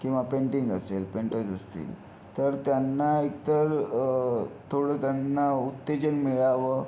किंवा पेंटिंग असेल पेंटर्स असतील तर त्यांना एक तर थोडं त्यांना उत्तेजन मिळावं